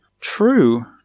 True